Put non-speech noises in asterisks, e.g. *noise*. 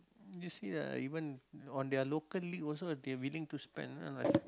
you see ah even on their local league also they willing to spend ah like *noise*